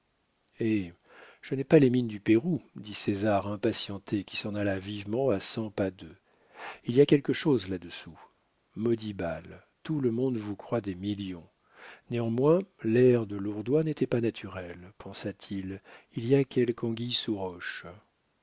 eh je n'ai pas les mines du pérou dit césar impatienté qui s'en alla vivement à cent pas d'eux il y a quelque chose là-dessous maudit bal tout le monde vous croit des millions néanmoins l'air de lourdois n'était pas naturel pensa-t-il il y a quelque